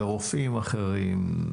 זה רופאים אחרים,